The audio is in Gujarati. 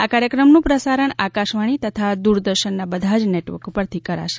આ કાર્યક્રમનું પ્રસારણ આકાશવાણી તથા દૂરદર્શનના બધા જ નેટવર્ક પરથી કરશે